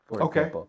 Okay